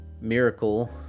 miracle